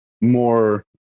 more